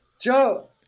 Joe